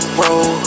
roll